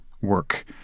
work